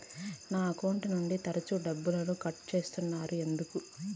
నా అకౌంట్ నుండి తరచు డబ్బుకు కట్ సేస్తున్నారు ఎందుకు